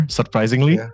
Surprisingly